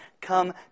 come